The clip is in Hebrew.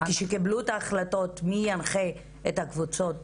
כשקיבלו את ההחלטות מי ינחה את הקבוצות,